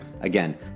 again